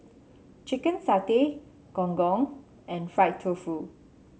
Chicken Satay Gong Gong and Fried Tofu